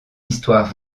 histoire